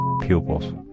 pupils